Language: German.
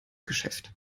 geschäft